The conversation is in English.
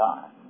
time